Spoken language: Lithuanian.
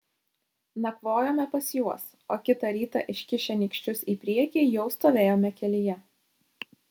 nakvojome pas juos o kitą rytą iškišę nykščius į priekį jau stovėjome kelyje